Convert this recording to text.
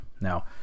Now